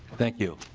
thank you.